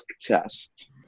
test